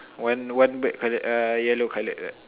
one one bird colored uh yellow colored right